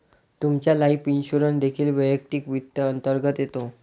तुमचा life insurance देखील वैयक्तिक वित्त अंतर्गत येतो